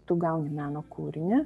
tu gauni meno kūrinį